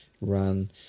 run